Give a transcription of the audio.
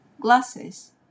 glasses